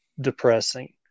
depressing